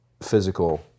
physical